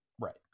Right